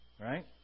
Right